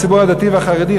הציבור הדתי והחרדי,